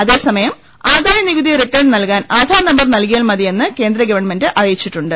അതേസമയം ആദായനികുതി റിട്ടേൺ നൽകാൻ ആധാർനമ്പർ നൽകിയാൽ മൃതിയെന്ന് കേന്ദ്ര ഗവണ്മെന്റ് അറിയിച്ചിട്ടുണ്ട്